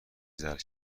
زرد